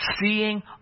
seeing